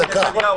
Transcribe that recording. דקה.